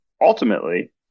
ultimately